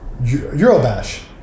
Eurobash